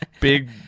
big